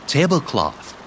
Tablecloth